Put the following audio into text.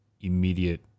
immediate